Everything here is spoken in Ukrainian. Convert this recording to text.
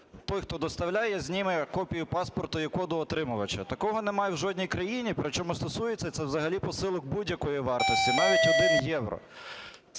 той, хто доставляє, зніме копію паспорта і коду отримувача. Такого немає в жодній країні, причому стосується це взагалі посилок будь-якої вартості, навіть 1 євро.